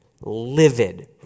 livid